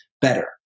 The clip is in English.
better